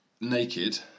naked